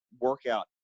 workout